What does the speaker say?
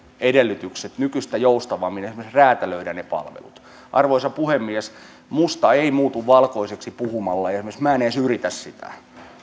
edellytykset nykyistä joustavammin esimerkiksi räätälöidä ne palvelut arvoisa puhemies musta ei muutu valkoiseksi puhumalla ja ja esimerkiksi minä en edes yritä sitä